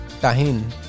Tahin